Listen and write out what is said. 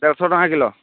ଚାରିଶହ ଟଙ୍କା କିଲୋ